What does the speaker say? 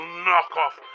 knockoff